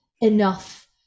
enough